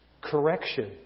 correction